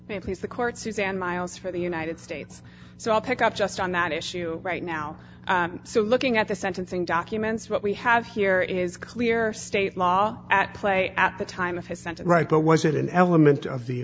yes please the court suzanne miles for the united states so i'll pick up just on that issue right now so looking at the sentencing documents what we have here is clear state law at play at the time of his sentence right but was it an element of the